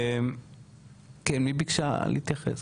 כן מי ביקשה להתייחס?